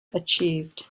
achieved